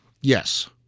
Yes